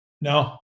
No